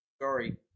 sorry